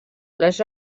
les